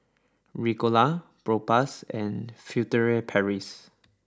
Ricola Propass and Furtere Paris